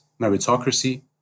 meritocracy